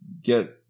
get